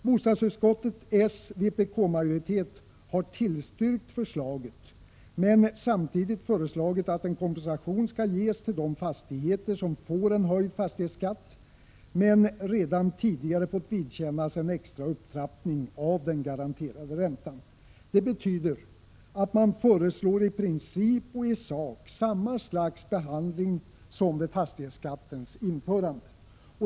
Bostadsutskottets s-vpk-majoritet har tillstyrkt förslaget men samtidigt föreslagit att en kompensation skall ges till de fastigheter som får en höjd fastighetsskatt men redan tidigare fått vidkännas en extra upptrappning av den garanterade räntan. Det betyder att man föreslår i princip och i sak samma slags behandling som vid fastighetsskattens införande.